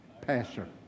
pastor